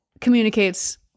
communicates